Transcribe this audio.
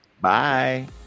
Bye